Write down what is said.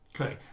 Okay